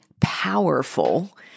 powerful